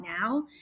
now